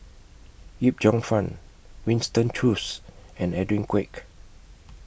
Yip Cheong Fun Winston Choos and Edwin Koek